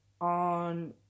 on